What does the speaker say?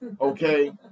Okay